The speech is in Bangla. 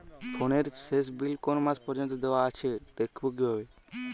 ফোনের শেষ বিল কোন মাস পর্যন্ত দেওয়া আছে দেখবো কিভাবে?